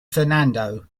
fernando